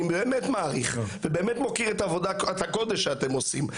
באמת מעריך ובאמת מוקיר את עבודת הקודש שאתם עושים,